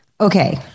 Okay